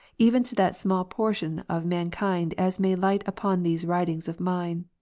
even to that small portion of mankind as may light upon these writings of mine.